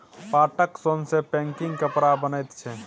पाटक सोन सँ पैकिंग कपड़ा बनैत छै